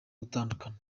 gutandukana